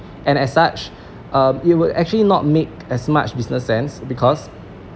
and as such uh it will actually not make as much business sense because